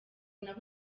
nabo